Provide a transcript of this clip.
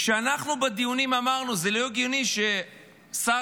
כשאנחנו בדיונים אמרנו שזה לא הגיוני ששר